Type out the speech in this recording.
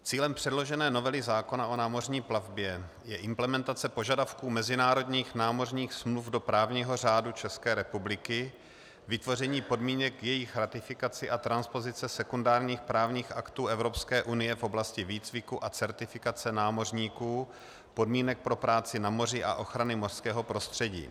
Cílem předložené novely zákona o námořní plavbě je implementace požadavků mezinárodních právních smluv do právního řádu České republiky, vytvoření podmínek k jejich ratifikaci a transpozice sekundárních právních aktů Evropské unie v oblasti výcviku a certifikace námořníků, podmínek pro práci na moři a ochrany mořského prostředí.